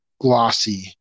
glossy